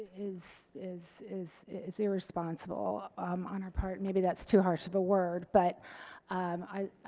is is is is irresponsible on our part maybe that's too harsh of a word but i